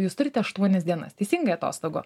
jūs turite aštuonias dienas teisingai atostogų